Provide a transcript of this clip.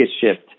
shift